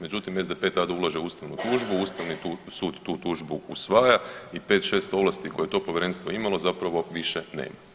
Međutim, SDP tada ulaže ustavnu tužbu, ustavni sud tu tužbu usvaja i 5-6 ovlasti koje je to povjerenstvo imalo zapravo više nema.